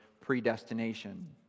predestination